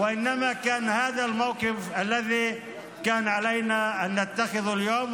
אלא זו העמדה אשר היה עלינו לנקוט היום,